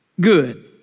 good